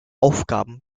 aufgaben